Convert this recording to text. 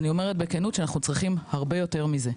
אני אומר בכנות שאנחנו צריכים הרבה יותר מזה.